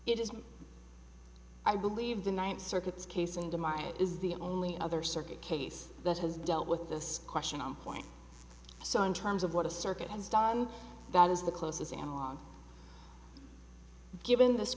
it is i believe the ninth circuit's case and tomorrow is the only other circuit case that has dealt with this question on point so in terms of what a circuit has done that is the closest analogue given th